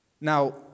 Now